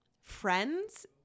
friends